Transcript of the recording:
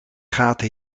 gaten